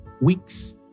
weeks